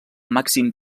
màxim